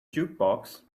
jukebox